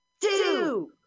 two